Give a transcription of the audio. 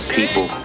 People